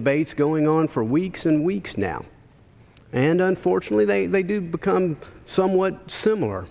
debates going on for weeks and weeks now and unfortunately they do become somewhat similar